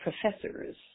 professors